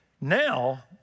Now